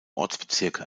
ortsbezirke